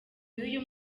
y’uyu